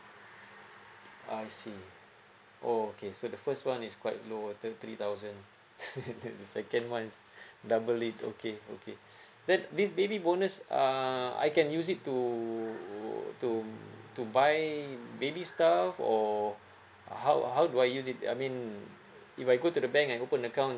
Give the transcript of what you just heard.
I see oh okay so the first one is quite low two three thousand the second one is double it okay okay then this baby bonus uh I can use it to to to buy baby stuff or how how do I use it I mean if I go to the bank and open account